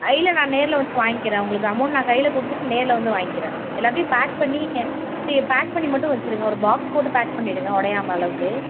இல்லை நான் நேரில் வந்து வாங்கிக்கிறேன் உங்களுக்கு அமௌண்ட் நான் கையில கொடுத்துட்டு நேரில் வந்து வாங்கிக்கிறேன் எல்லாத்தையும் பேக் பண்ணி நீங்கள் பேக் பண்ணி மட்டும் வச்சுருங்க ஒரு பாக்ஸ் போட்டு பேக் பண்ணிவிடுங்க உடையாம அளவுக்கு